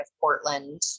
Portland